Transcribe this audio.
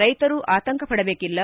ರೈತರು ಆತಂಕಪಡಬೇಕಿಲ್ಲ